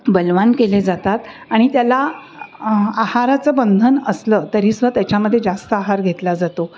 बलवान केले जातात आणि त्याला आहाराचं बंधन असलं तरीसुआ त्याच्यामध्ये जास्त आहार घेतला जातो